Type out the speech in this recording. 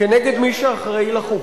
הפעלה של פקודת המסים (גבייה) נגד מי שאחראי לחובות,